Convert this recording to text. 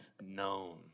known